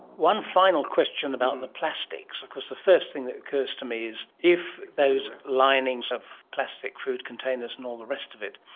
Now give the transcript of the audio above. one final question about the plastics, of course the first thing that occurs to me is if those linings of plastic food containers and all the rest of it,